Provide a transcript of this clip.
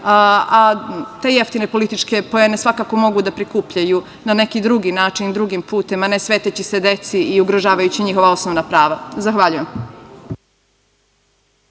a te jeftine političke poene svakako mogu da prikupljaju na neki drugi način i drugim putem, a ne sveteći se deci i ugrožavajući njihova osnovna prava. Zahvaljujem.